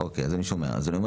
אוקיי, אז אני שומע.